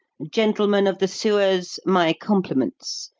gentlemen of the sewers, my compliments.